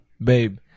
babe